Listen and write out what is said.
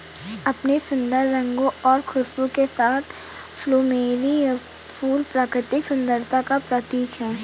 अपने सुंदर रंगों और खुशबू के साथ प्लूमेरिअ फूल प्राकृतिक सुंदरता का प्रतीक है